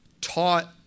taught